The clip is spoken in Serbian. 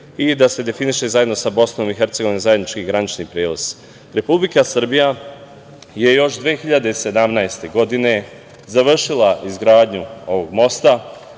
i da se definiše zajedno sa Bih zajednički granični prelaz. Republika Srbija je još 2017. godine završila izgradnju ovog mosta